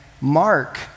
mark